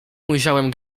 ujrzałem